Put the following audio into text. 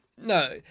No